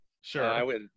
Sure